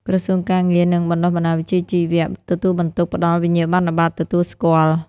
ក្រសួងការងារ និងបណ្តុះបណ្តាលវិជ្ជាជីវៈ ទទួលបន្ទុកផ្តល់វិញ្ញាបនបត្រទទួលស្គាល់។